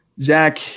Zach